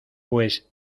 pues